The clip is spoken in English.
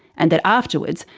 and that afterwards,